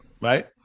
right